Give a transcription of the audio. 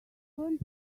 want